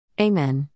Amen